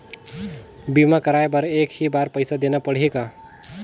बीमा कराय बर एक ही बार पईसा देना पड़ही का?